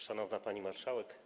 Szanowna Pani Marszałek!